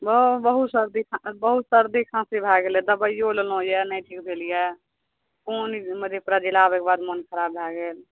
बहुत सर्दी बहुत सर्दी खाँसी भए गेलै दबाइयो लेलौ यऽ नहि ठीक भेल यऽ कोन मधेपुरा जिला आबैके बाद मोन खराब भए गेल